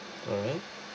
mmhmm